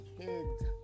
kids